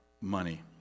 money